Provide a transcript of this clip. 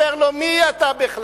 אומר לו: מי אתה בכלל?